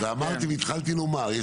ואמרתי והתחלתי לומר,